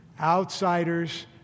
Outsiders